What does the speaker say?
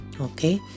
Okay